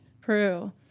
Peru